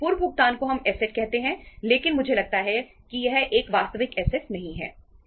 पूर्व भुगतान को हम ऐसेट कहते हैं लेकिन मुझे लगता है कि यह एक वास्तविक ऐसेट नहीं है